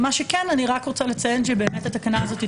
אני רוצה לציין שבאמת התקנה הזאת היא